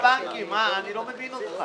--- אני לא מבין אותך.